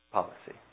policy